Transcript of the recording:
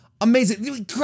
amazing